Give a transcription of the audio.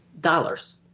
dollars